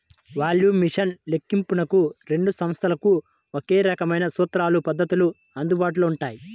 valuation లెక్కింపునకు రెండు సంస్థలకు ఒకే రకమైన సూత్రాలు, పద్ధతులు అందుబాటులో ఉన్నాయి